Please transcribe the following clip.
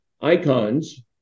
icons